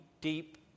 deep